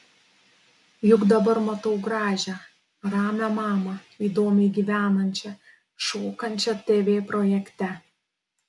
juk dabar matau gražią ramią mamą įdomiai gyvenančią šokančią tv projekte